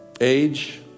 age